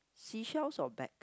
seashells or bag